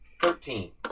Thirteen